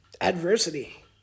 adversity